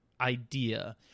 idea